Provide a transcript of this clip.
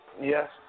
Yes